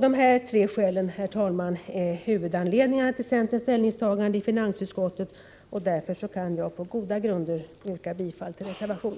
Dessa tre skäl, herr talman, är huvudanledningarna till centerns ställningstaganden i finansutskottet. Därför kan jag på goda grunder yrka bifall reservationen.